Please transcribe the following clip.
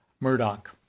Murdoch